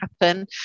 happen